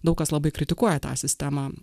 daug kas labai kritikuoja tą sistemą